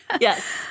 Yes